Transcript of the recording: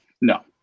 No